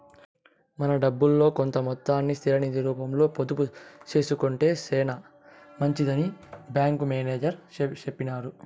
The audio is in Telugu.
మన డబ్బుల్లో కొంత మొత్తాన్ని స్థిర నిది రూపంలో పొదుపు సేసుకొంటే సేనా మంచిదని బ్యాంకి మేనేజర్ సెప్పినారు